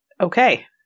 Okay